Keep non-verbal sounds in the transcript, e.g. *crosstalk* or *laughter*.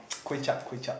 *noise* kway-zhap kway-zhap